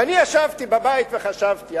ואני ישבתי בבית וחשבתי,